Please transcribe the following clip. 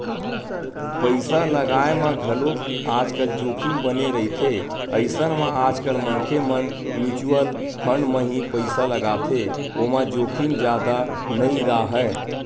पइसा लगाय म घलोक आजकल जोखिम बने रहिथे अइसन म आजकल मनखे मन म्युचुअल फंड म ही पइसा लगाथे ओमा जोखिम जादा नइ राहय